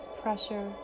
pressure